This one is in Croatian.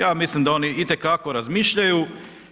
Ja mislim da oni i te kako razmišljaju